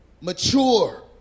mature